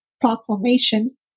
proclamation